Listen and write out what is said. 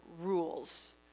rules